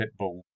Pitbull